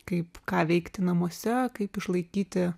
kaip ką veikti namuose kaip išlaikyti